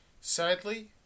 Sadly